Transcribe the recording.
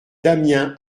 damien